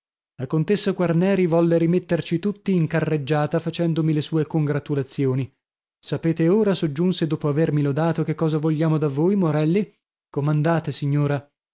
la contessa quarneri volle rimetterci tutti in carreggiata facendomi le sue congratulazioni sapete ora soggiunse dopo avermi lodato che cosa vogliamo da voi morelli comandate signora